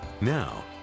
Now